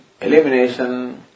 elimination